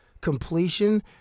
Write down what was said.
completion